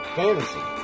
fantasy